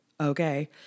Okay